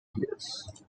yes